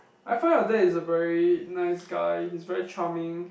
I find your dad is a very nice guy he's very charming